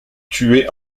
tuée